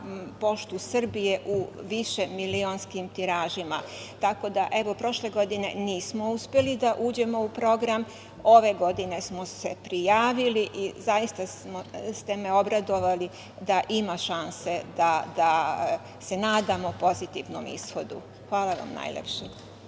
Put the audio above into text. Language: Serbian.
„Poštu Srbije“ u višemilionskim tiražima. Tako da, evo prošle godine nismo uspeli da uđemo u program. Ove godine smo se prijavili i zaista ste me obradovali da ima šanse da se nadamo pozitivnom ishodu. Hvala vam najlepše.